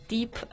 Deep